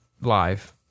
Live